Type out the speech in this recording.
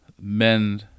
men